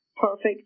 perfect